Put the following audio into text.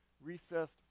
recessed